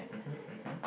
mmhmm mmhmm